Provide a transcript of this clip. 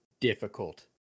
difficult